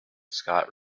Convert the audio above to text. scott